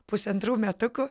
pusantrų metukų